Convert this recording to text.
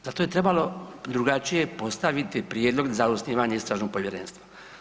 Zato je trebalo drugačije postaviti prijedlog za osnivanje istražnog povjerenstva.